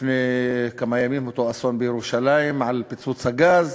לפני כמה ימים אותו אסון בירושלים עם פיצוץ בלון הגז,